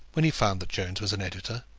when he found that jones was an editor.